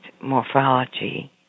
morphology